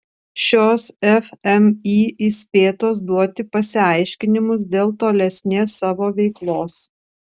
šios fmį įspėtos duoti pasiaiškinimus dėl tolesnės savo veiklos